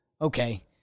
okay